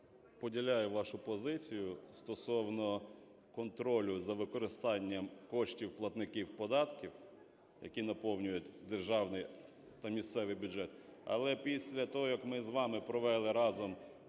Поділяю вашу позицію стосовно контролю за використанням коштів платників податків, які наповнюють державний та місцевий бюджет. Але після того, як ми з вами провели разом